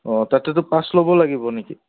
অঁ তাতেতো পাছ ল'ব লাগিব নেকি